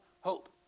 hope